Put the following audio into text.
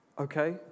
Okay